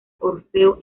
orfeo